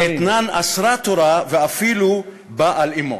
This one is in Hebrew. בציטוט השני: "אתנן אסרה תורה אפילו בא על אמו".